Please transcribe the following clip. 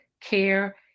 care